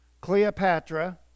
Cleopatra